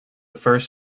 first